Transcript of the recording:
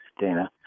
Dana